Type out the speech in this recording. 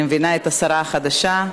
אני מבינה, את השרה החדשה.